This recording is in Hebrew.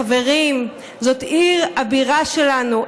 חברים, זאת עיר הבירה שלנו.